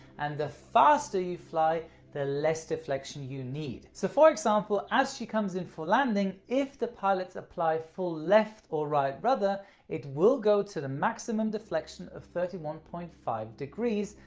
and the faster you fly the less deflection you need. so for example, as she comes in for landing if the pilots apply full left or right rudder it will go to the maximum deflection of thirty one point five degrees,